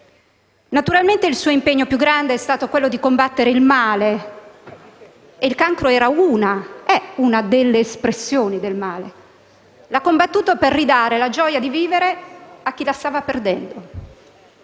vegetariano. Il suo impegno più grande è stato combattere il male e il cancro è una delle espressioni del male. L'ha combattuto per ridare la gioia di vivere a chi la stava perdendo,